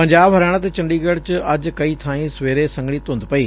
ਪੰਜਾਬ ਹਰਿਆਣਾ ਅਤੇ ਚੰਡੀਗੜੁ ਚ ਅੱਜ ਕਈ ਬਾਈ ਸਵੇਰੇ ਸੰਘਣੀ ਧੁੰਦ ਪਈ